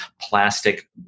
plastic